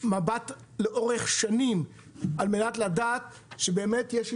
מבט לאורך שנים על מנת לדעת שבאמת יש הידרדרות.